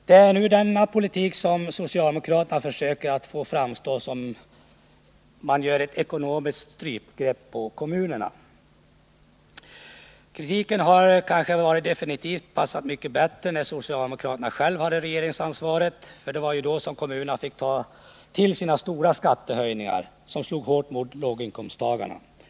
Det är nu denna politik som socialdemokraterna försöker få att framstå som ett ekonomiskt strypgrepp på kommunerna. Kritiken hade definitivt passat mycket bättre när socialdemokraterna själva hade regeringsansvaret. Det var ju då som kommunerna fick ta till sina stora skattehöjningar, vilka slog hårt mot låginkomsttagarna.